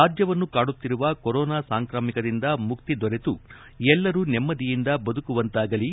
ರಾಜ್ಯವನ್ನು ಕಾಡುತ್ತಿರುವ ಕೊರೋನಾ ಸಾಂಕ್ರಾಮಿಕದಿಂದ ಮುಕ್ತಿ ದೊರೆತು ಎಲ್ಲರೂ ನೆಮ್ಮದಿಯಿಂದ ಬದುಕುವಂತಾಗಲಿ